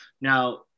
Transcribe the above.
Now